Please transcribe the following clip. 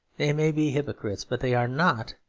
they may be hypocrites, but they are not,